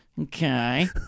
Okay